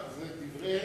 זה דברי הבל.